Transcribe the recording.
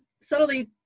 subtly